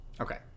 Okay